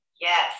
yes